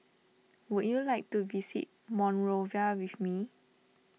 would you like to visit Monrovia with me